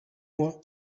moi